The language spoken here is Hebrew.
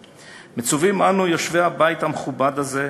מצווים אנו, יושבי הבית המכובד הזה,